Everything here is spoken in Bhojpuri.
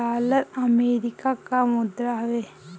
डॉलर अमेरिका कअ मुद्रा हवे